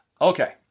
Okay